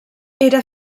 era